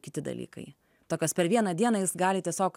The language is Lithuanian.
kiti dalykai tokios per vieną dieną jis gali tiesiog